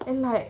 and like